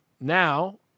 now